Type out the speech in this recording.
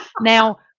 Now